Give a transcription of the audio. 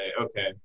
Okay